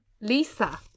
Lisa